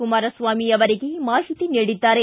ಕುಮಾರಸ್ವಾಮಿ ಅವರಿಗೆ ಮಾಹಿತಿ ನೀಡಿದ್ದಾರೆ